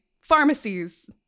pharmacies